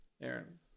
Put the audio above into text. Errands